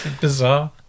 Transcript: bizarre